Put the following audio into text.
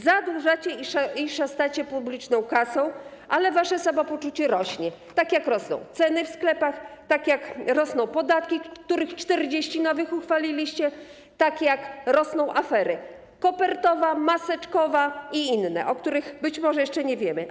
Zadłużacie nas i szastacie publiczną kasą, ale wasze samopoczucie rośnie, tak jak rosną ceny w sklepach, tak jak rosną podatki - 40 nowych uchwaliliście - tak jak rosną afery kopertowa, maseczkowa i inne, o których być może jeszcze nie wiemy.